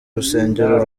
urusengero